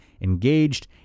engaged